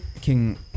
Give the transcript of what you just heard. King